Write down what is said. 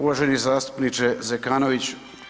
Uvaženi zastupniče Zekanović.